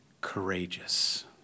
courageous